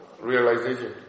realization